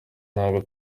ntabwo